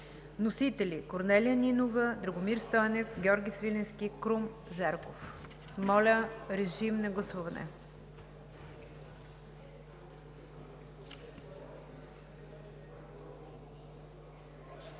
Вносители са Корнелия Нинова, Драгомир Стойнев, Георги Свиленски и Крум Зарков. Моля, режим на гласуване.